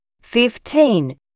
fifteen